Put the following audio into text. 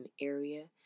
area